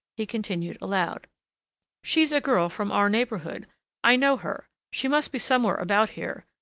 he continued aloud she's a girl from our neighborhood i know her she must be somewhere about here.